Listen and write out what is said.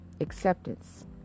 Acceptance